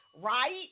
Right